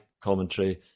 commentary